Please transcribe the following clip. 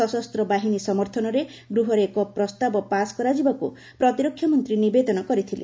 ସଶସ୍ତ ବାହିନୀ ସମର୍ଥନରେ ଗୃହରେ ଏକ ପ୍ରସ୍ତାବ ପାସ୍ କରାଯିବାକୁ ପ୍ରତିରକ୍ଷା ମନ୍ତ୍ରୀ ନିବେଦନ କରିଥିଲେ